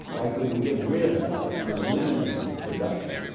why couldn't we get rid of it by some eliminative reduction?